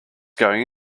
going